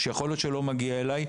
שייתכן שלא הגיע אליי,